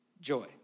joy